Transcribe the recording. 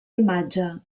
imatge